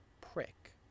prick